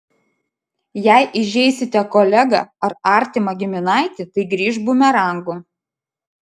jei įžeisite kolegą ar artimą giminaitį tai grįš bumerangu